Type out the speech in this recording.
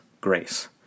grace